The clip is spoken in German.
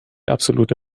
absolute